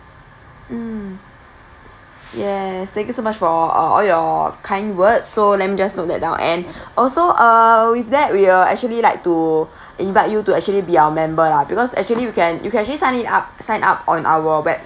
mm yes thank you so much for uh all your kind words so let me just note that down and also uh with that we are actually like to invite you to actually be our member lah because actually you can you can actually sign it up sign up on our web